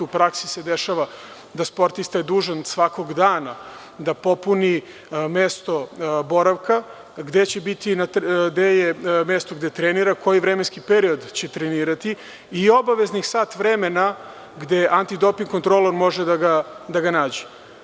U praksi se dešava da je sportista dužan svakog dana da popuni mesto boravka, gde je mesto gde trenira i koji vremenski period će trenirati i obaveznih sat vremena gde antidoping kontrolor može da ga nađe.